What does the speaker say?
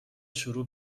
شروع